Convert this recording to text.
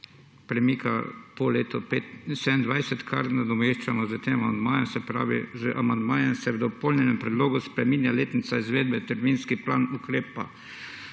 premika po letu 27, kar nadomeščamo s tem amandmajem, se pravi z amandmajem se v dopolnjenem predlogu spreminja letnica izvedbe terminski plan ukrepa